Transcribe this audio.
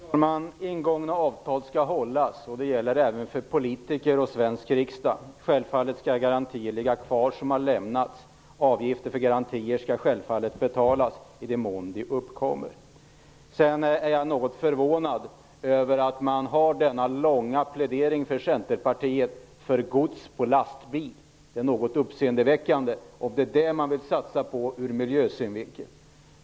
Herr talman! Ingångna avtal skall hållas. Det gäller även för politiker och för Sveriges riksdag. Självfallet skall garantier ligga kvar som en gång har lämnats. Avgifter för garantier skall självfallet betalas i den mån de uppkommer. Sedan är jag något förvånad över att Centerpartiet har denna långa plädering för gods på lastbil. Det är något uppseendeväckande om det är det man vill satsa på ur miljösynvinkel.